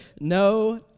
no